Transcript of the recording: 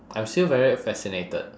I'm still very fascinated